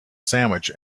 sandwich